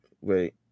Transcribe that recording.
Wait